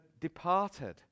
departed